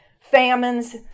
famines